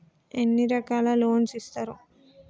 ఎన్ని రకాల లోన్స్ ఇస్తరు?